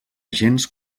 gens